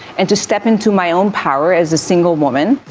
and to step into my own power as a single woman.